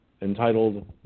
entitled